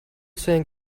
think